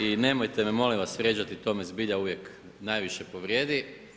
I nemojte me molim vas vrijeđati, to me zbilja uvijek najviše povrijedi.